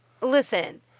listen